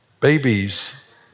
Babies